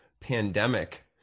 pandemic